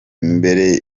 mbere